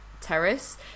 terrace